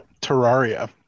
terraria